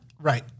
Right